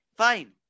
Fine